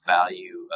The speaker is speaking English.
value